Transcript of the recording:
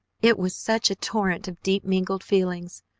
it was such a torrent of deep-mingled feelings,